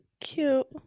Cute